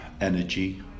energy